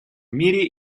мире